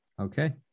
Okay